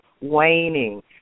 waning